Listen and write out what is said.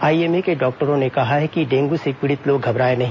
IMA के डॉक्टरों ने कहा है कि डेंगू से पीड़ित लोग घबराए नहीं